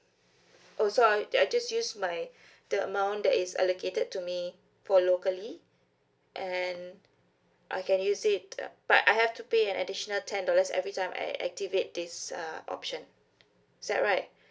oh so I I just use my the amount that is allocated to me for locally and I can use it but I have to pay an additional ten dollars every time I activate this uh option is that right